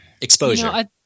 Exposure